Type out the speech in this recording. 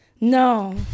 No